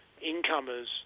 incomers